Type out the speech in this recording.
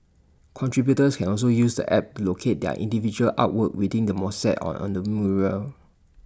contributors can also use the app to locate their individual artwork within the mosaic and on the mural